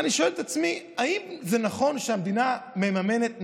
ואני שואל את עצמי אם זה נכון שהמדינה מממנת,